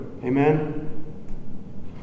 Amen